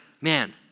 man